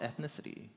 ethnicity